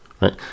right